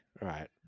right